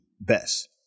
best